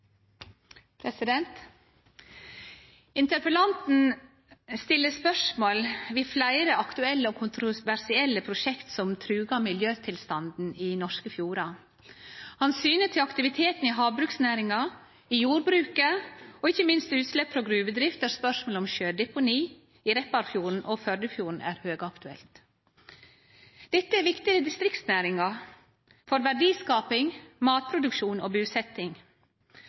kontroversielle prosjekt som trugar miljøtilstanden i norske fjordar. Han syner til aktiviteten i havbruksnæringa, i jordbruket og ikkje minst utslepp frå gruvedrift, der spørsmålet om sjødeponi i Repparfjorden og Førdefjorden er høgaktuelt. Dette er viktige distriktsnæringar for verdiskaping, matproduksjon og